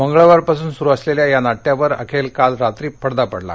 मंगळवारपासून सुरू असलखिा या नाट्यावर अखट काल रात्री पडदा पडला